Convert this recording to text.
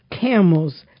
camels